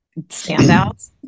standouts